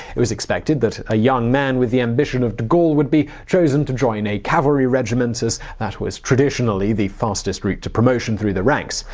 it was expected that a young man with the ambition of de gaulle would choose and to join a cavalry regiment as that was traditionally the fastest route to promotion through the ranks.